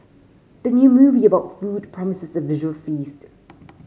the new movie about food promises a visual feast